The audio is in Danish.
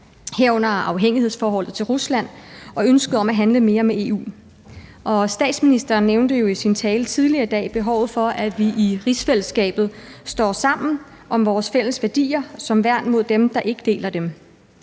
herunder afhængighedsforholdet til Rusland og ønsket om at handle mere med EU. Statsministeren nævnte jo i sin tale tidligere i dag behovet for, at vi i rigsfællesskabet står sammen om vores fælles værdier som værn mod dem, der ikke deler dem.